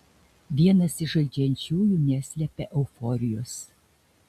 vienas iš žaidžiančiųjų neslepia euforijos